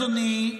אדוני,